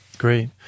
Great